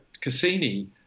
Cassini